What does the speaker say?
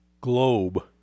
globe